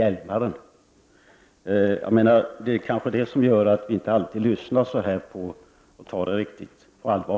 Det kanske är sådant som gör att vi inte alltid lyssnar och tar det riktigt på allvar.